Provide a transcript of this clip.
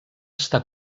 està